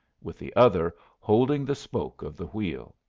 with the other holding the spoke of the wheel.